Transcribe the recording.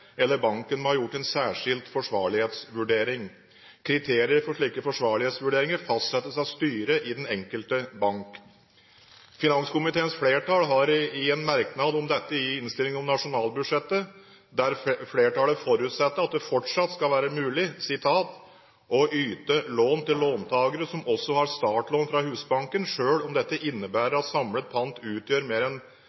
eller banken må ha gjort en særskilt forsvarlighetsvurdering. Kriterier for slike forsvarlighetsvurderinger fastsettes av styret i den enkelte bank. Finanskomiteens flertall har en merknad om dette i innstillingen om nasjonalbudsjettet, der flertallet forutsetter at det fortsatt skal være mulig «å yte lån til låntakere som også har startlån fra Husbanken, selv om dette